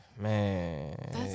Man